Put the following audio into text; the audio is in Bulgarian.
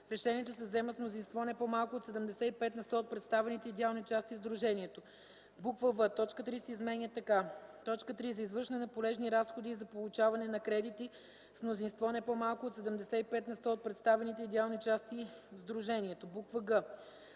решението се взема с мнозинство не по-малко от 75 на сто от представените идеални части в сдружението;” в) точка 3 се изменя така: „3. за извършване на полезни разходи и за получаване на кредити – с мнозинство не по-малко от 75 на сто от представените идеални части в сдружението;” г)